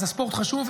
אז הספורט חשוב.